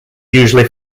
usually